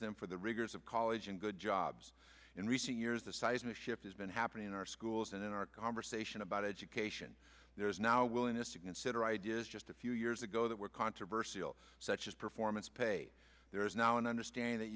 them for the rigors of college and good jobs in recent years a seismic shift has been happening in our schools and in our conversation about education there is now willingness to consider ideas just a few years ago that were controversial such as performance pay there is now an understanding that